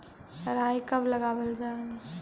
राई कब लगावल जाई?